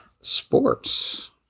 sports